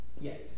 Yes